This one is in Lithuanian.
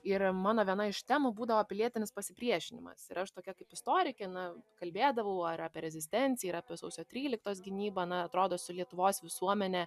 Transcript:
ir mano viena iš temų būdavo pilietinis pasipriešinimas ir aš tokia kaip istorikė na kalbėdavau ar apie rezistenciją ir apie sausio tryliktos gynybą na atrodo su lietuvos visuomene